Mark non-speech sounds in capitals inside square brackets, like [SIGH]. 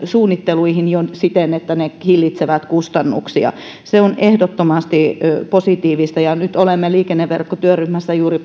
suunnitteluihin siten että ne hillitsevät kustannuksia se on ehdottomasti positiivista nyt olemme liikenneverkkotyöryhmässä juuri [UNINTELLIGIBLE]